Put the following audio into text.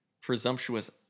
presumptuous